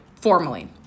formally